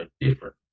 different